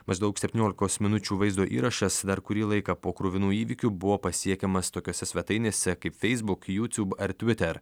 maždaug septyniolikos minučių vaizdo įrašas dar kurį laiką po kruvinų įvykių buvo pasiekiamas tokiose svetainėse kaip facebook youtube ar twitter